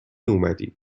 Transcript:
اومدی